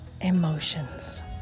emotions